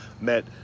met